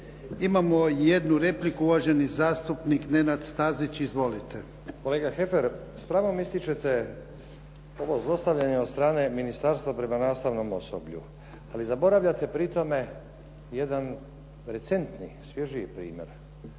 Imamo jednu repliku, uvaženi zastupnik Nenad Stazić. Izvolite. **Stazić, Nenad (SDP)** Kolega Heffer, s pravom ističete ovo zlostavljanje ministarstva prema nastavnom osoblju, ali zaboravljate pri tome jedan recentni, svježiji primjer